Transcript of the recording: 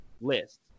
list